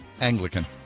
Anglican